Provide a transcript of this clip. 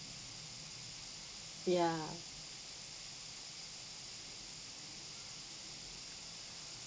ya